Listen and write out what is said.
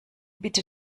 bitte